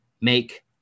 make